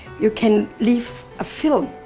you can leave a film,